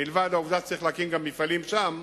מלבד העובדה שצריך גם להקים מפעלים שם,